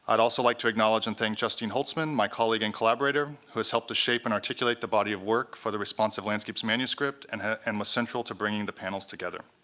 but also like to acknowledge and thank justine holzman, my colleague and collaborator, who has helped to shape and articulate the body of work for the responsive landscape's manuscript and and was central to bringing the panels together.